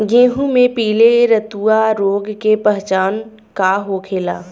गेहूँ में पिले रतुआ रोग के पहचान का होखेला?